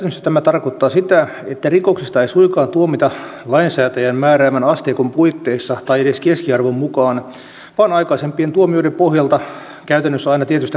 käytännössä tämä tarkoittaa sitä että rikoksista ei suinkaan tuomita lainsäätäjän määräämän asteikon puitteissa tai edes keskiarvon mukaan vaan aikaisempien tuomioiden pohjalta käytännössä aina tietystä kohdasta asteikkoa